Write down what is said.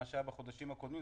מה שהיה בחודשים הקודמים,